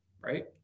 right